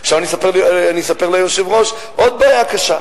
עכשיו אני אספר ליושב-ראש עוד בעיה קשה.